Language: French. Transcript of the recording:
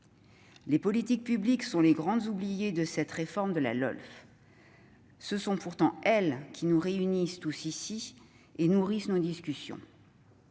Les politiques publiques sont les grandes oubliées de cette réforme de la LOLF. Ce sont pourtant elles qui nous réunissent tous ici et qui nourrissent nos discussions.